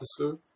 Officer